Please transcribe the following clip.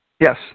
Yes